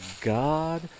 god